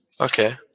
Okay